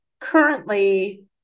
currently